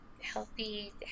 healthy